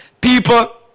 People